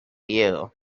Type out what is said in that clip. you